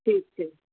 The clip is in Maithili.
ठीक छै